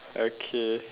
okay